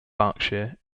berkshire